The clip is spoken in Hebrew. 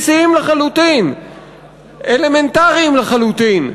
אלמנטריים לחלוטין,